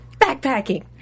backpacking